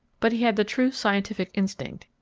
but he had the true scientific instinct,